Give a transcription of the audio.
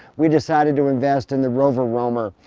we decided to invest in the rover roamer.